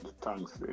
thanks